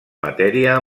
matèria